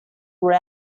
were